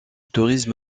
tourisme